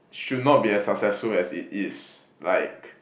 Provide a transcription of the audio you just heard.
should not be as successful as it is like